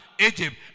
Egypt